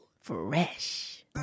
Fresh